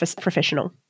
professional